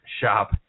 Shop